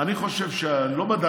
אני חושב, אני לא בדקתי,